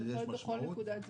זה יכול להיות בכל נקודת זמן.